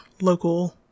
local